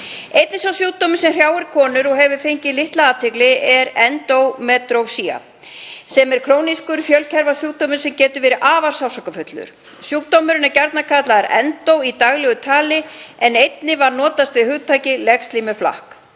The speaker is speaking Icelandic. Einn sá sjúkdómur sem hrjáir konur og hefur fengið litla athygli er endómetríósa sem er krónískur fjölkjarnasjúkdómur sem getur verið afar sársaukafullur. Sjúkdómurinn er gjarnan kallaður endó í daglegu tali en einnig var notast við hugtakið legslímuflakk.